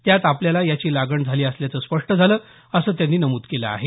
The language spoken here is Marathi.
त्यात आपल्याला याची लागण झाली असल्याचं स्पष्ट झालं असं त्यांनी नमूद केलं आहे